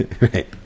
right